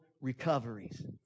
recoveries